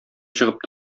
чыгып